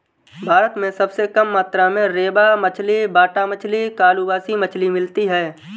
भारत में सबसे कम मात्रा में रेबा मछली, बाटा मछली, कालबासु मछली मिलती है